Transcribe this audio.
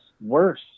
worse